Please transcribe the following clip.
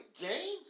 games